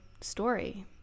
story